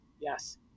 yes